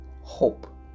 hope